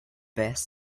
best